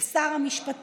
של שר המשפטים,